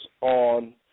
on